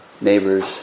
neighbors